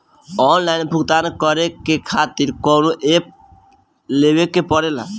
Online भुगतान करके के खातिर कौनो ऐप लेवेके पड़ेला?